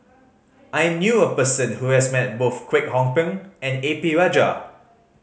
I knew a person who has met both Kwek Hong Png and A P Rajah